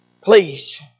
please